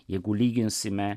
jeigu lyginsime